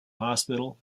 hospital